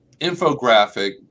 infographic